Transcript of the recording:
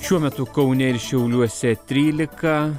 šiuo metu kaune ir šiauliuose trylika